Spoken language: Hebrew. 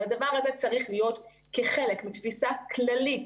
אבל הדבר הזה צריך להיות כחלק מתפיסה כללית